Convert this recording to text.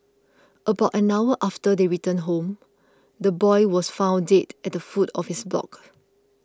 about an hour after they returned home the boy was found dead at the foot of his block